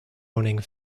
owning